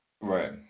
Right